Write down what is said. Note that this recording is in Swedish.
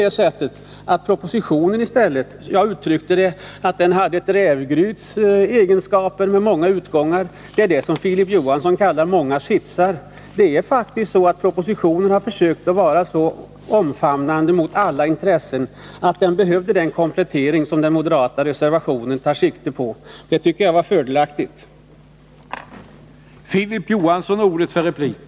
Det är i stället propositionen som har ett rävgryts egenskaper — många utgångar. Det är detta som Filip Johansson kallar många stolar. Regeringen har faktiskt i propositionen försökt vara så omfamnande mot alla intressen att propositionen behövde den komplettering som den moderata reservationen innebär — en enligt min mening fördelaktig komplettering.